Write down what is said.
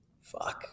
fuck